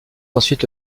ensuite